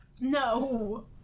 No